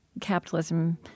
capitalism